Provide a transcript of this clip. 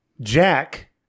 Jack